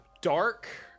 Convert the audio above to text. dark